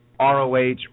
ROH